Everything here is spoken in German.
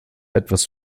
etwas